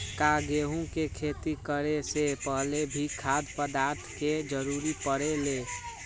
का गेहूं के खेती करे से पहले भी खाद्य पदार्थ के जरूरी परे ले?